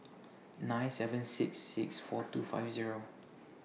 nine seven six six four two five Zero